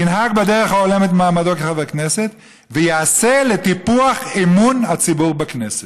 ינהג בדרך ההולמת את מעמדו כחבר כנסת ויעשה לטיפוח אמון הציבור בכנסת.